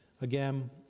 Again